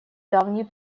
давний